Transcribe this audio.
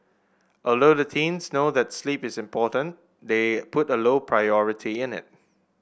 although the teens know that sleep is important they put a low priority in it